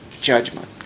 Judgment